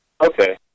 Okay